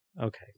Okay